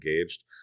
engaged